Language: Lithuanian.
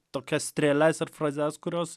tokias strėles ir frazes kurios